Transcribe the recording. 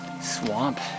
swamp